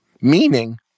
meaning